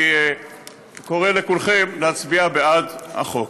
אני קורא לכולכם להצביע בעד החוק.